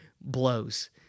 blows